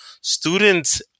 students